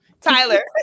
Tyler